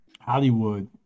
hollywood